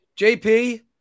jp